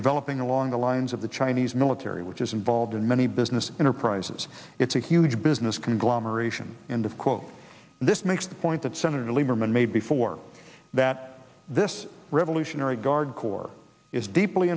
developing along the lines of the chinese military which is involved in many business enterprises it's a huge business conglomeration and of quote this makes the point that senator lieberman made before that this revolutionary guard corps is deeply